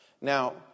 Now